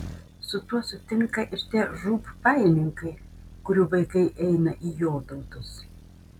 su tuo sutinka ir tie žūb pajininkai kurių vaikai eina į jotautus